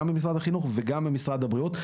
גם במשרד החינוך וגם במשרד הבריאות.